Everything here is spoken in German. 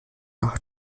nach